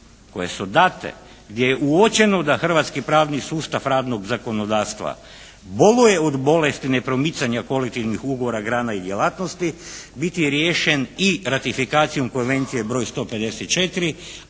koje su date, gdje je i uočeno da hrvatski pravni sustav radnog zakonodavstva boluje od bolesti nepromicanja kolektivnih ugovora, grana i djelatnosti, biti riješen i ratifikacijom konvencije broj 154.